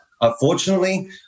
unfortunately